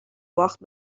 باخت